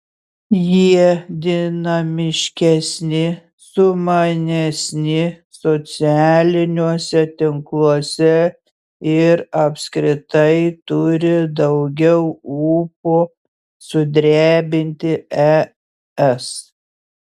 jie dinamiškesni sumanesni socialiniuose tinkluose ir apskritai turi daugiau ūpo sudrebinti es